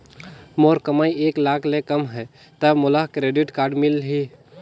मोर कमाई एक लाख ले कम है ता मोला क्रेडिट कारड मिल ही?